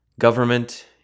government